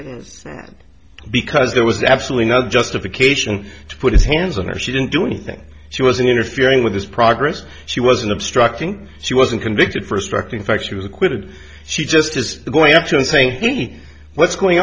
it because there was absolutely no justification to put his hands on her she didn't do anything she wasn't interfering with his progress she wasn't obstructing she wasn't convicted first directing facts you acquitted she just is going after and saying any what's going